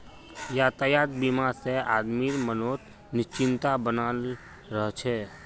यातायात बीमा से आदमीर मनोत् निश्चिंतता बनाल रह छे